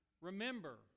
remember